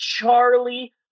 Charlie